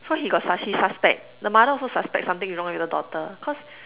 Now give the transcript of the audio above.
so he got Sus~ he suspect the mother also suspect something is wrong with the daughter cause